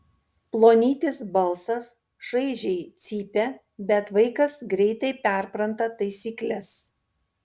plonytis balsas šaižiai cypia bet vaikas greitai perpranta taisykles